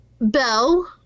Bell